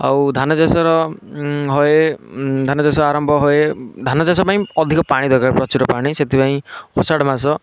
ଆଉ ଧାନଚାଷର ହଏ ଧାନଚାଷ ଆରମ୍ଭ ହଏ ଧାନଚାଷ ପାଇଁ ଅଧିକ ପାଣି ଦରକାର ପ୍ରଚୁର ପାଣି ଦରକାର ପାଣି ସେଥିପାଇଁ ଆଷାଢ଼ ମାସ